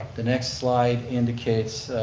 the next slide indicates